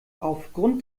aufgrund